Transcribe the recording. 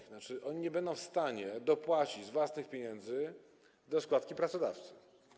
To znaczy, one nie będą w stanie dopłacić z własnych pieniędzy do składki pracodawcy.